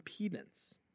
impedance